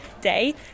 day